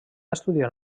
estudiar